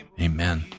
amen